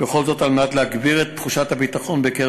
וכל זאת כדי להגביר את תחושת הביטחון בקרב